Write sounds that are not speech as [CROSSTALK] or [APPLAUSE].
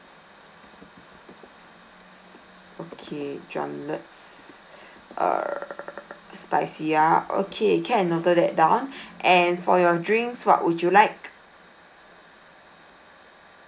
okay drumlets err spicy ah okay can noted that down [BREATH] and for your drinks what would you like